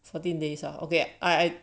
fourteen days ah okay I